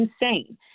insane